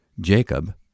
Jacob